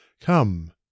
Come